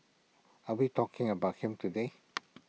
are we talking about him today